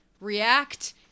react